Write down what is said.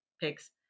pigs